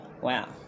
Wow